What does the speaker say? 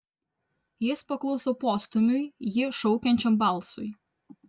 jis pakluso postūmiui jį šaukiančiam balsui